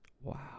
Wow